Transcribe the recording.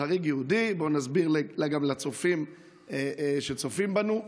"חריג יהודי" בוא נסביר גם לצופים שצופים בנו,